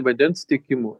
vandens tiekimu